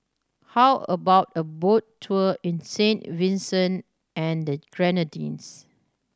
how about a boat tour in Saint Vincent and the Grenadines